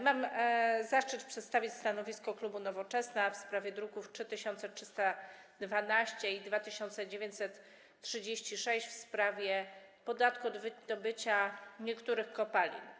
Mam zaszczyt przedstawić stanowisko klubu Nowoczesna wobec projektów z druków nr 3312 i 2936 w sprawie podatku od wydobycia niektórych kopalin.